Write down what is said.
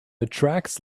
attracts